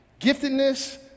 Giftedness